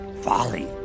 folly